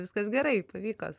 viskas gerai pavyko